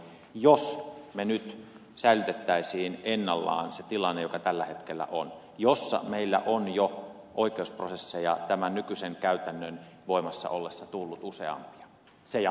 jos me nyt säilyttäisimme ennallaan sen tilanteen joka tällä hetkellä on jossa meillä on jo oikeusprosesseja tämän nykyisen käytännön voimassa ollessa tullut useampia se jatkuisi